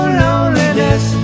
loneliness